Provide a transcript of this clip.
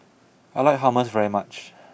I like Hummus very much